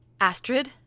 Astrid